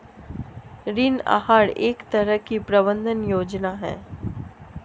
ऋण आहार एक तरह की प्रबन्धन योजना है